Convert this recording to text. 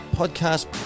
podcast